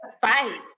fight